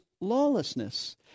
lawlessness